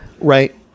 Right